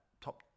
top